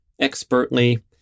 expertly